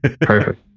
Perfect